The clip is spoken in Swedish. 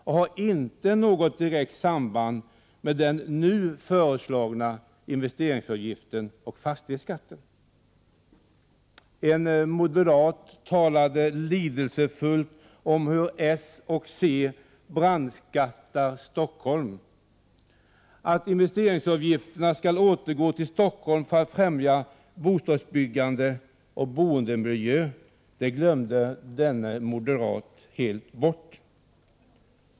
Det har inte något direkt samband med den nu föreslagna investeringsavgiften och fastighetsskatten. En moderat ledamot talade lidelsefullt om hur socialdemokraterna och centern brandskattar Stockholm. Att investeringsavgifterna skall återgå till Stockholm för att främja bostadsbyggande och boendemiljö glömde denne moderat helt bort.